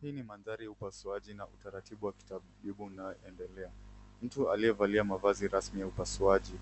Hii ni mandahri ya upasuaji na utaratibu wa kitabibu unaendelea. Mtu aliyevalia mavazi rasmi ya upasuaji